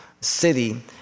city